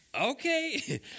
Okay